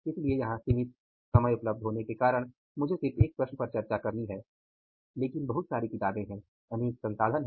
इसलिए यहां सीमित समय उपलब्ध होने के कारण मुझे सिर्फ एक प्रश्न पर चर्चा करनी है लेकिन बहुत सारी किताबें हैं अनेक संसाधन हैं